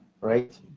right